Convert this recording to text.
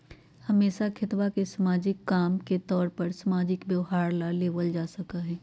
हमेशा खेतवा के सामाजिक काम के तौर पर सामाजिक व्यवहार ला लेवल जा सका हई